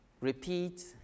repeat